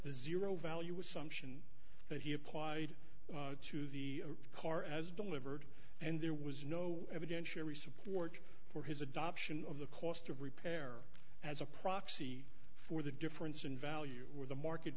the zero value was sumption that he applied to the car as delivered and there was no evidentiary support for his adoption of the cost of repair as a proxy for the difference in value or the market